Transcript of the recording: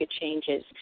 changes